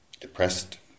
depressed